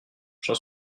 j’en